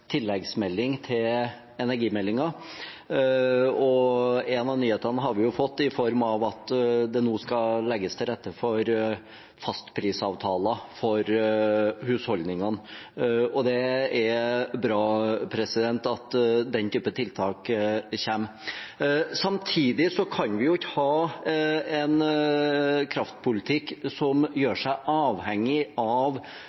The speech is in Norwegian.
tilleggsmelding til energimeldingen, og en av nyhetene har vi fått i form av at det nå skal legges til rette for fastprisavtaler for husholdningene. Det er bra at den type tiltak kommer. Samtidig kan vi ikke ha en kraftpolitikk som